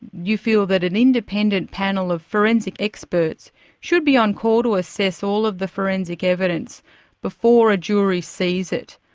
you feel that an independent panel of forensic experts should be on call to assess all of the forensic evidence before a jury sees it.